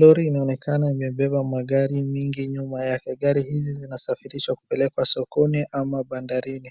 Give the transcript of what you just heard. Lori inaonekana imebeba magari mingi nyuma yake, gari hizi zinasafirishwa kupelekwa sokoni ama bandarini.